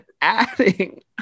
adding